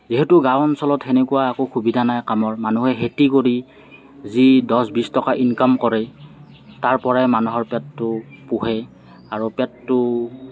যিহেতু গাওঁ অঞ্চলত সেনেকুৱা একো সুবিধা নাই কামৰ মানুহে খেতি কৰি যি দহ বিছ টকা ইনকাম কৰে তাৰপৰাই মানুহৰ পেটটো পুহে আৰু পেটটো